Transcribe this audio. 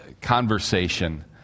conversation